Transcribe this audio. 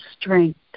strength